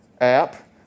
app